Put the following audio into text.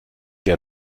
der